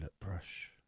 brush